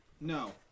No